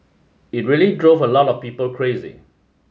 it really drove a lot of people crazy